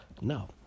No